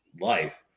life